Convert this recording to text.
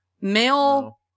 Male